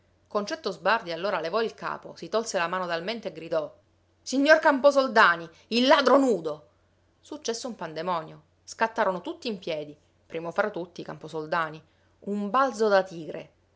concetto sbardi allora levò il capo si tolse la mano dal mento e gridò signor camposoldani il ladro nudo successe un pandemonio scattarono tutti in piedi primo fra tutti camposoldani un balzo da tigre